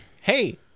Hey